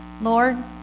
Lord